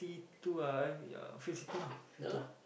two uh I'm ya fifty two uh ya fifty two